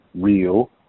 real